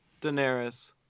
daenerys